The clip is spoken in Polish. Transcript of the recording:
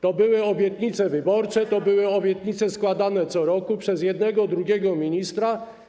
To były obietnice wyborcze, to były obietnice składane co roku przez jednego, drugiego ministra.